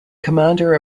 commander